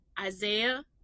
Isaiah